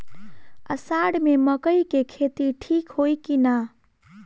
अषाढ़ मे मकई के खेती ठीक होई कि ना?